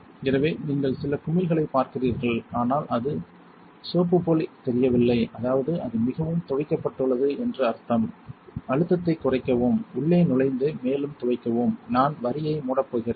எனவே நீங்கள் சில குமிழ்களைப் பார்க்கிறீர்கள் ஆனால் அது சோப்பு போல் தெரியவில்லை அதாவது அது மிகவும் துவைக்கப்பட்டுள்ளது என்று அர்த்தம் அழுத்தத்தைக் குறைக்கவும் உள்ளே நுழைந்து மேலும் துவைக்கவும் நான் வரியை மூடப் போகிறேன்